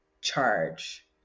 charge